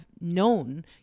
known